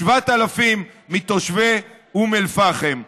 7,000 מתושבי אום אל-פחם.